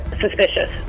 suspicious